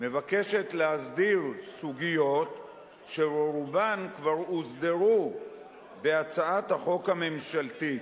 מבקשת להסדיר סוגיות שרובן כבר הוסדרו בהצעת החוק הממשלתית,